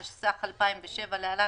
התשס"ח 2007 )להלן,